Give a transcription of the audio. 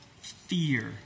Fear